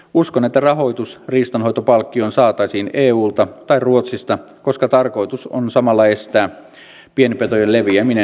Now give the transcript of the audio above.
uskon että rahoitus riistanhoitopalkkioon saataisiin eulta tai ruotsista koska tarkoitus on samalla estää pienpetojen leviäminen ruotsiin